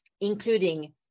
including